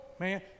Man